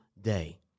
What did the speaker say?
day